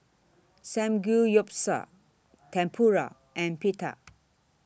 Samgeyopsal Tempura and Pita